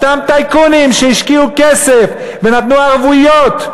אותם טייקונים שהשקיעו כסף ונתנו ערבויות.